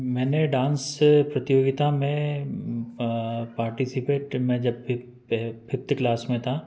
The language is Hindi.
मैंने डांस प्रतियोगिता में पार्टिसिपेट मैं जब फिफ्थ क्लास में था